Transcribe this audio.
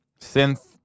Synth